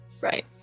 Right